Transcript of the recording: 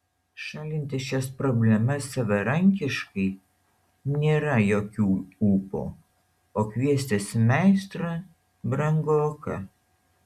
šalinti šias problemas savarankiškai nėra jokių ūpo o kviestis meistrą brangoka